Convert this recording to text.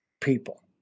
people